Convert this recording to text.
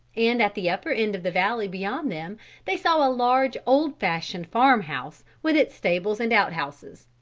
and at the upper end of the valley beyond them they saw a large old-fashioned farmhouse with its stables and outhouses.